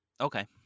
Okay